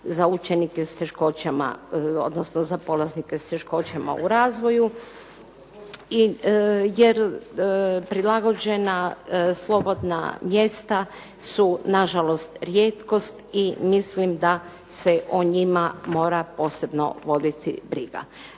za učenike s teškoćama, odnosno za polaznike s teškoćama u razvoju jer prilagođena slobodna mjesta su nažalost rijetkost i mislim da se o njima mora posebno voditi briga.